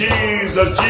Jesus